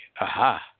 Aha